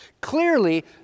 Clearly